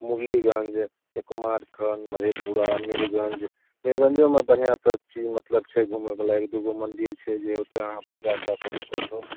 मुरलीगञ्ज कुमारखण्ड मधेपुरा मीरगञ्ज मीरगञ्जोमे बढ़िआँ सबचीज मतलब छै घुमैवला एक दुइ गो मन्दिर छै जे ओतए अहाँ पूजा कै सकै छिए ओतहु